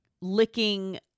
licking